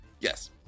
Yes